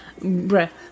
breath